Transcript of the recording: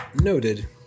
Noted